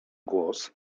głos